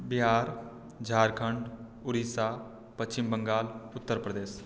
Bihar Jharkhand Orissa Paschim Bengal Uttar Pradesh